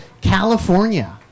California